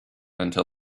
until